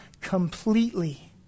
completely